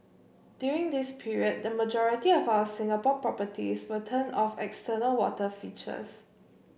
during this period the majority of our Singapore properties will turn off external water features